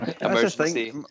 Emergency